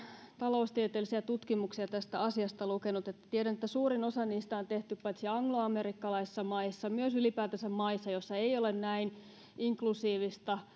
taloustieteellisiä tutkimuksia tästä asiasta lukenut että tiedän että suurin osa niistä on tehty paitsi angloamerikkalaisissa maissa myös ylipäätänsä maissa joissa ei ole näin inklusiivista